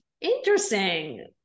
Interesting